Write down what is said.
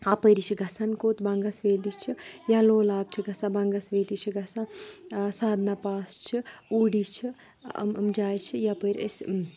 اَپٲری چھِ گژھان کوٚت بَنٛگَس ویلی چھِ یا لولاب چھِ گَژھان بَنگَس ویلی چھِ گَژھان سادنا پاس چھِ اوٗڈی چھِ یِم یِم جایہِ چھِ یَپٲرۍ أسۍ